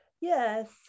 yes